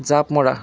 জাপ মৰা